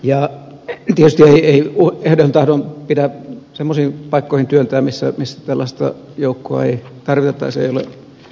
tietysti ei ehdoin tahdoin pidä semmoisiin paikkoihin työntyä mihin tällaista joukkoa ei tarkoiteta tai se ei ole sovelias